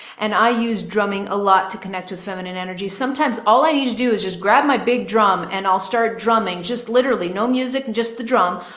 and i use drumming a lot to connect with feminine energy. sometimes all i need to do is just grab my big drum and i'll start drumming. just literally no music, just the drum.